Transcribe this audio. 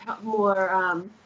more